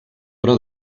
però